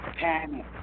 panic